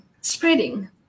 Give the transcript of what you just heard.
spreading